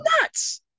nuts